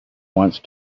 once